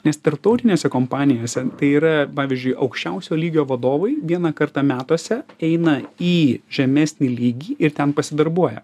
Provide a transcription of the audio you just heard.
nes tarptautinėse kompanijose tai yra pavyzdžiui aukščiausio lygio vadovai vieną kartą metuose eina į žemesnį lygį ir ten pasidarbuoja